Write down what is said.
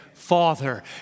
father